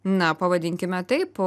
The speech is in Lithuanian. na pavadinkime taip